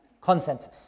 consensus